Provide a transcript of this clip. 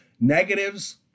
Negatives